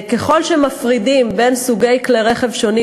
ככל שמפרידים בין סוגי כלי רכב שונים